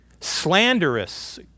Slanderous